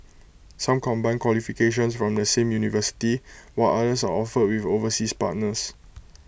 some combine qualifications from the same university while others are offered with overseas partners